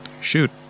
Shoot